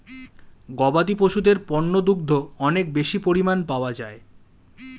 গবাদি পশুদের পণ্য দুগ্ধ অনেক বেশি পরিমাণ পাওয়া যায়